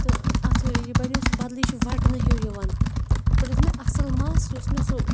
تہٕ اَتھ یہِ بَنیو سُہ بَدلٕے یہِ چھِ وَٹنہٕ ہیوٗ یِوان ہُتھ پٲٹھۍ اوس مےٚ اَصٕل مَس یہِ اوس مےٚ سُہ